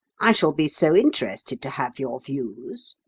i shall be so interested to have your views.